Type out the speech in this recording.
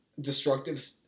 destructive